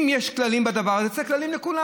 אם יש כללים בדבר הזה, צריך כללים לכולם.